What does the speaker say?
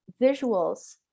visuals